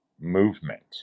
movement